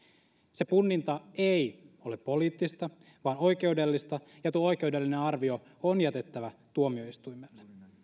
se punninta ei ole poliittista vaan oikeudellista ja tuo oikeudellinen arvio on jätettävä tuomioistuimelle